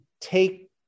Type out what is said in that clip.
take